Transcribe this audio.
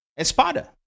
Espada